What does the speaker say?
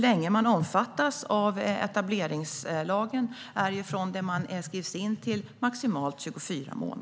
Man omfattas av etableringslagen maximalt 24 månader från det att man skrivs in.